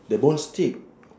the bone steak